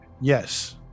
Yes